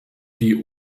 die